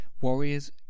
warriors